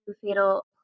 fatal